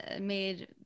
made